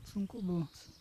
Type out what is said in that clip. sunku buvo